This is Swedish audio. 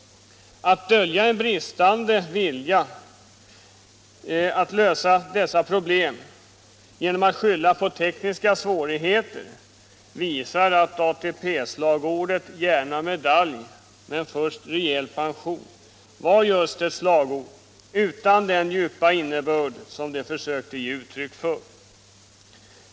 Att dölja en bristande vilja att lösa dessa problem genom att skylla på tekniska svårigheter visar att ATP-slagordet ”Gärna medalj — men först rejäl pension” var just ett slagord utan den djupa innebörd som det försökte ge uttryck för.